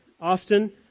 often